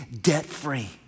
debt-free